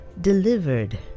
delivered